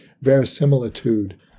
verisimilitude